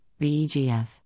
VEGF